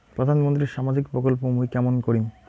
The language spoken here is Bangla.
প্রধান মন্ত্রীর সামাজিক প্রকল্প মুই কেমন করিম?